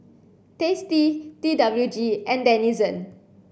Tasty T W G and Denizen